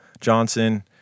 Johnson